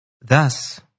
Thus